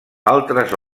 altres